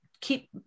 keep